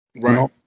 Right